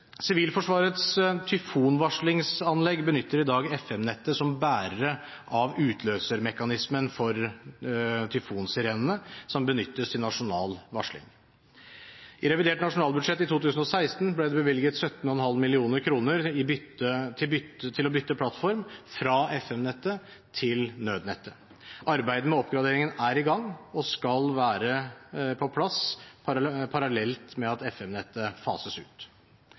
Sivilforsvarets tyfonvarslingsanlegg benytter i dag FM-nettet som bærere av utløsermekanismen for tyfonsirenene som benyttes til nasjonal varsling. I revidert nasjonalbudsjett i 2016 ble det bevilget 17,5 mill. kr til å bytte plattform fra FM-nettet til nødnettet. Arbeidet med oppgraderingen er i gang og skal være på plass parallelt med at FM-nettet fases ut.